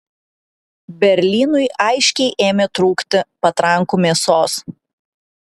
berlynui aiškiai ėmė trūkti patrankų mėsos